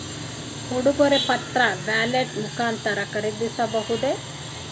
ಉಡುಗೊರೆ ಪತ್ರ ವ್ಯಾಲೆಟ್ ಮುಖಾಂತರ ಖರೀದಿಸಬಹುದೇ?